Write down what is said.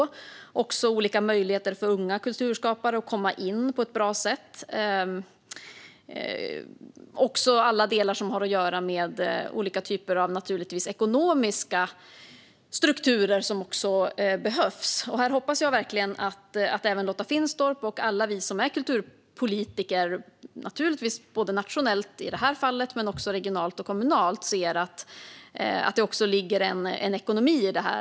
Det gäller även olika möjligheter för unga kulturskapare att komma in på ett bra sätt, liksom alla delar som har att göra med olika typer av ekonomiska strukturer som naturligtvis också behövs. Jag hoppas verkligen att även Lotta Finstorp och alla vi som är kulturpolitiker - såväl nationellt, i det här fallet, som regionalt och kommunalt - ser att det ligger en ekonomi i detta.